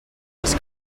his